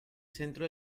centro